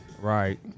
Right